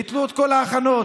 ביטלו את כל ההכנות?